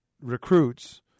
recruits